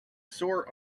sore